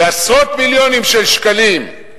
בעשרות מיליונים של שקלים,